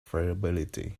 favorability